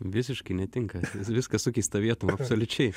visiškai netinka viskas sukeista vietom absoliučiai